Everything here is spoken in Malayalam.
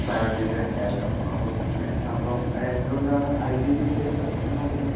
ബയോളജി സയൻസ് ആയിരുന്നു ഓക്കേ അപ്പൊൾ എന്തുകൊണ്ടാണ് ഐടി ഫീൽഡിലേക്ക് നോക്കുന്നത്